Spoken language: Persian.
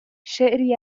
شعری